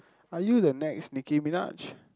are you the next Nicki-Minaj